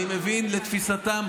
אני מבין שלתפיסתה היא